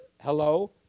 hello